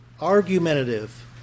Argumentative